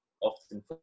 often